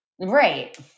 right